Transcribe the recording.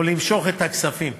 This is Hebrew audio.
או למשוך את הכספים.